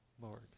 Lord